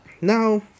Now